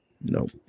Nope